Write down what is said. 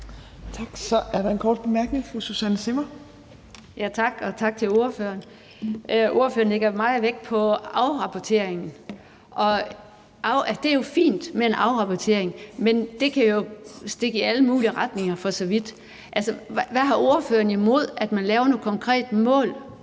Tak. Så er der en kort bemærkning. Fru Susanne Zimmer. Kl. 19:17 Susanne Zimmer (FG): Tak, og tak til ordføreren. Ordføreren lægger meget vægt på afrapportering, og det er jo fint med en afrapportering, men det kan jo for så vidt stikke i alle mulige retninger. Altså, hvad har ordføreren imod, at man laver nogle konkrete mål